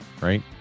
right